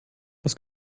was